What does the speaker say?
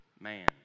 man